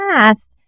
past